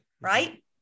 Right